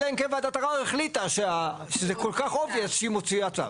אלא אם כן ועדת ערער החליטה שזה כל כך obvious שהיא מוציאה צו.